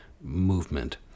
movement